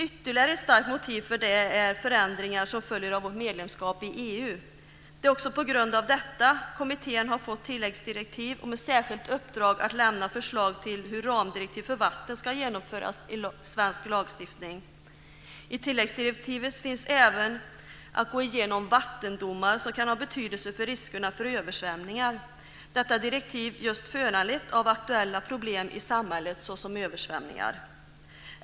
Ytterligare ett starkt motiv för detta är förändringar som följer av vårt medlemskap i EU. Det är också på grund av detta som kommittén har fått tilläggsdirektiv med ett särskilt uppdrag att lämna förslag till hur ramdirektivet för vatten ska genomföras i svensk lagstiftning. I tilläggsdirektivet ingår även att gå igenom vattendomar som kan ha betydelse för riskerna för översvämningar. Detta direktiv är just föranlett av aktuella problem i samhället såsom översvämningar.